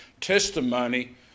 testimony